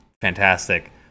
fantastic